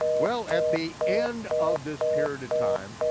well, at the end of this period of time,